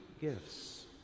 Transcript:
gifts